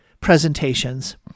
presentations